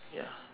ya